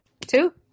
Two